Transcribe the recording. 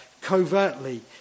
covertly